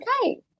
okay